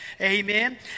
Amen